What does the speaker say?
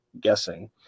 guessing